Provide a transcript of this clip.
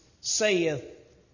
saith